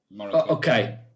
Okay